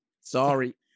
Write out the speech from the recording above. Sorry